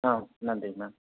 ஆ நன்றி மேம்